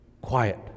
Quiet